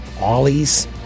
Ollie's